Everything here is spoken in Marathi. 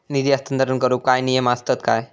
निधी हस्तांतरण करूक काय नियम असतत काय?